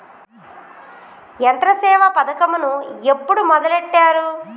యంత్రసేవ పథకమును ఎప్పుడు మొదలెట్టారు?